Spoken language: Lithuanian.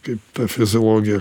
kaip ta fiziologija